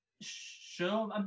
sure